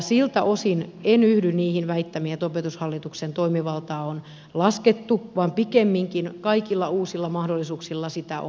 siltä osin en yhdy niihin väittämiin että opetushallituksen toimivaltaa on laskettu vaan pikemminkin kaikilla uusilla mahdollisuuksilla sitä on nostettu